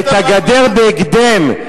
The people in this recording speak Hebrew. בהקדם,